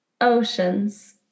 oceans